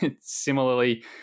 Similarly